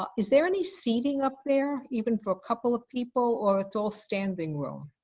ah is there any seating up there, even for a couple of people or it's all standing room.